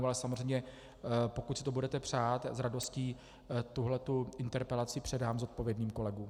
Ale samozřejmě pokud si to budete přát, s radostí tuhle interpelaci předám zodpovědným kolegům.